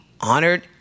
honored